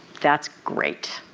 that's great.